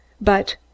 But